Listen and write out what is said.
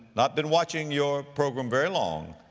not been watching your program very long,